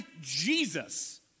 Jesus